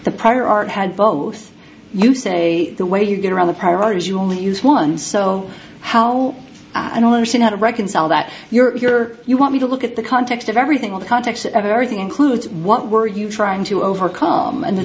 the prior art had both you say the way you get around the priorities you only use one so how will i don't understand how to reconcile that you're here you want me to look at the context of everything in the context of already includes what were you trying to overcome and the